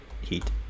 heat